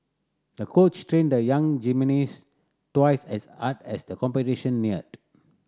the coach trained the young gymnast twice as hard as the competition neared